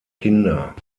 kinder